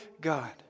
God